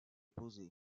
posée